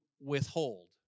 withhold